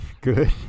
Good